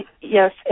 Yes